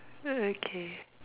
okay